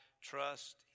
trust